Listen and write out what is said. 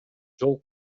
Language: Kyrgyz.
жол